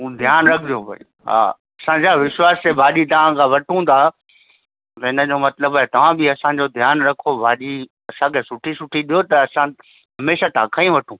हू ध्यानु रखिजो भई हा असां छा विश्वास ते भाॼी तव्हांखां वठूं था त इनजो मतिलबु आहे तव्हां बि असांजो ध्यानु रखो भाॼी असांखे सुठी सुठी ॾियो त असां हमेशा तव्हांखां ई वठूं